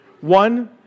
one